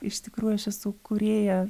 iš tikrųjų aš esu kūrėja